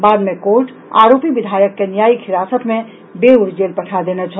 बाद मे कोर्ट आरोपी विधायक के न्यायिक हिरासत मे बेऊर जेल पठा देने छल